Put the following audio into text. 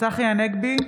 צחי הנגבי,